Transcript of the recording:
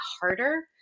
harder